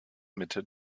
mitte